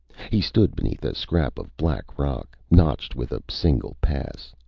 he stood beneath a scarp of black rock, notched with a single pass.